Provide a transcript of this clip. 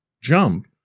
jump